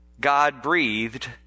God-breathed